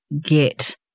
get